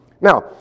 Now